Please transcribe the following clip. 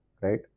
right